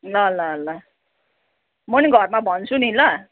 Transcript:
ल ल ल म नि घरमा भन्छु नि ल